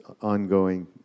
ongoing